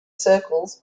circles